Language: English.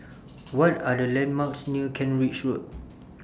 What Are The landmarks near Kent Ridge Road